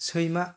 सैमा